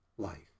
life